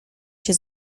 się